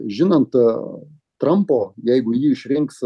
žinant trampo jeigu jį išrinks